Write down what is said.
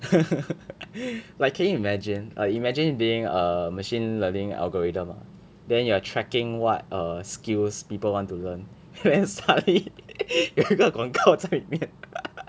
like can you imagine err imagine it being a machine learning algorithm then you are tracking what err skills people want to learn then suddenly 广告在里面